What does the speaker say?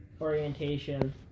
orientation